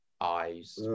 Eyes